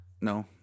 No